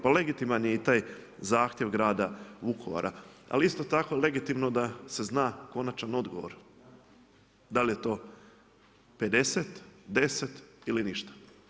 Pa legitiman je i taj zahtjev grada Vukovara, ali isto tako je legitimno da se zna konačan odgovor, da li je to 50, 10 ili ništa.